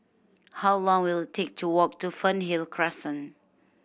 how long will it take to walk to Fernhill Crescent